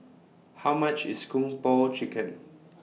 How much IS Kung Po Chicken